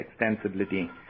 extensibility